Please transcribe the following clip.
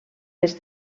les